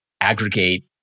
aggregate